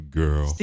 girl